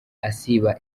asiba